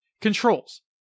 Controls